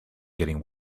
getting